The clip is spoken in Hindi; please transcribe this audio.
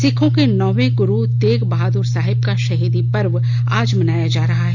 सिखों के नौवे गुरु तेग बहादुर साहिब का शहीदी पर्व आज मनाया जा रहा है